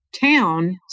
town